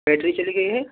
battery چلی گئی ہے